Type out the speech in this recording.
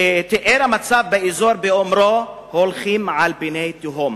שתיאר את המצב באזור באומרו: הולכים על פי תהום.